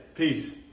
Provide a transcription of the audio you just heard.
peace.